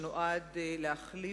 שנועד להחליף,